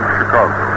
Chicago